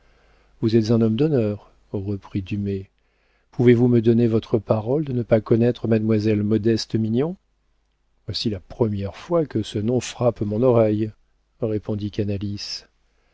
vous êtes un homme d'honneur reprit dumay pouvez-vous me donner votre parole de ne pas connaître mademoiselle modeste mignon voici la première fois que ce nom frappe mon oreille répondit